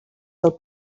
del